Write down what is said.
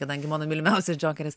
kadangi mano mylimiausias džokeris